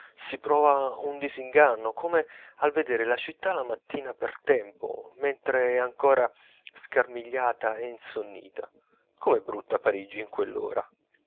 si prova un disinganno come al vedere la città la mattina per tempo mentre è ancora scarmigliata e insonnita com'è brutta parigi in quell'ora